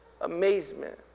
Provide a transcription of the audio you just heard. Amazement